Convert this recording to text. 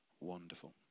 Wonderful